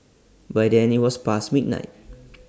by then IT was past midnight